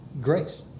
Grace